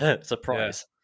surprise